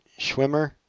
Schwimmer